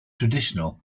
traditional